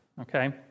Okay